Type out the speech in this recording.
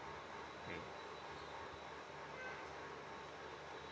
mm